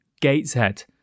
Gateshead